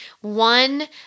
one